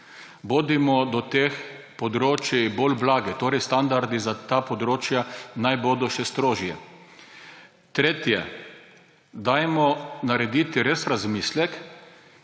Bodimo do teh področij bolj blagi, torej standardi za ta področja naj bodo še strožji. Tretje, dajmo res narediti razmislek,